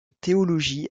théologie